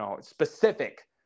specific